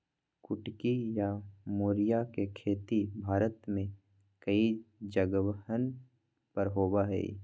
कुटकी या मोरिया के खेती भारत में कई जगहवन पर होबा हई